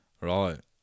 Right